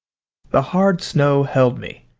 the hard snow held me,